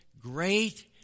great